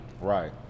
Right